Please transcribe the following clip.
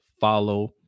follow